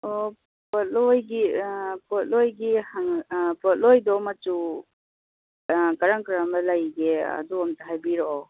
ꯑꯣ ꯄꯣꯠꯂꯣꯏꯒꯤ ꯄꯣꯠꯂꯣꯏꯒꯤ ꯍꯪꯉꯛ ꯄꯣꯠꯂꯣꯏꯗꯣ ꯃꯆꯨ ꯀꯔꯝ ꯀꯔꯝꯕ ꯂꯩꯒꯦ ꯑꯗꯨ ꯑꯃꯇ ꯍꯥꯏꯕꯤꯔꯛꯑꯣ